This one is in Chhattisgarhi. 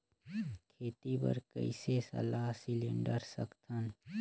खेती बर कइसे सलाह सिलेंडर सकथन?